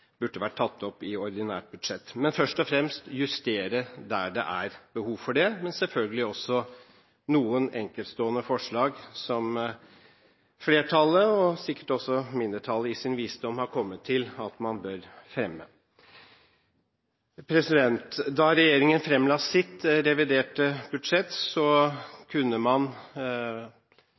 burde vært tatt opp i ordinært budsjett. Først og fremst justerer vi der det er behov for det, men det er selvfølgelig også noen enkeltstående forslag, som flertallet – og sikkert også mindretallet – i sin visdom har kommet til at man bør fremme. Da regjeringen fremla sitt reviderte budsjett, kunne man